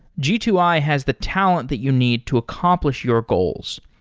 g two i has the talent that you need to accomplish your goals.